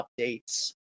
updates